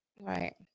Right